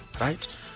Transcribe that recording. Right